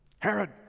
Herod